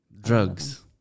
drugs